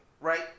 right